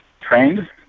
trained